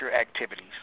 activities